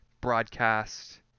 broadcast